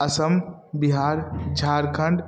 Assam Bihar Jharkhand